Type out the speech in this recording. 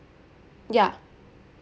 ya